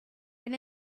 than